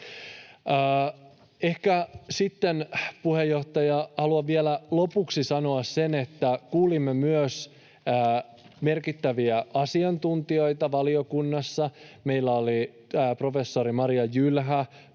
Ehkä sitten, puheenjohtaja, haluan vielä lopuksi sanoa, että kuulimme myös merkittäviä asiantuntijoita valiokunnassa. Meillä oli professori Marja Jylhä,